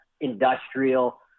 industrial